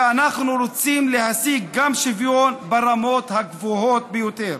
כי אנחנו רוצים להשיג גם שוויון ברמות הגבוהות ביותר.